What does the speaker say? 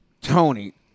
Tony